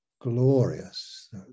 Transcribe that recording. glorious